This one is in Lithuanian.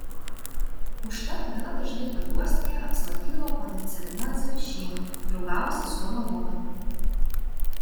užtat gana dažnai pajuostyje apsilankydavo ponia celina zavišienė draugavusi su mano motina